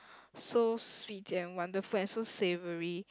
so sweet and wonderful and so savoury